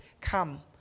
come